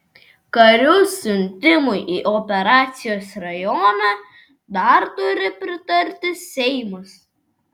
karių siuntimui į operacijos rajoną dar turi pritarti seimas